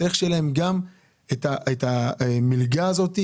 צריך שגם להם תהיה את התמיכה החודשית הזאת,